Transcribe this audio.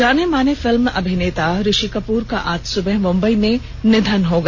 जाने माने फिल्म अभिनेता ऋषि कपूर का आज सुबह मुंबई में निधन हो गया